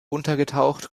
untergetaucht